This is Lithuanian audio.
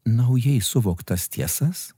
naujai suvoktas tiesas